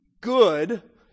good